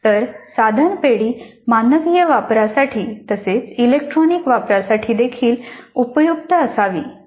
तर साधन पेढी मानवीय वापरासाठी तसेच इलेक्ट्रॉनिक वापरासाठी देखील उपयुक्त असावी